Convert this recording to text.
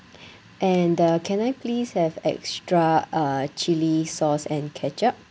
and the can I please have extra uh chilli sauce and ketchup